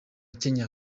kenya